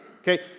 okay